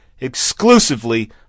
exclusively